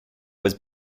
was